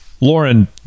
Lauren